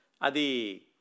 adi